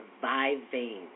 surviving